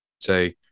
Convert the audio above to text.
say